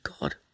God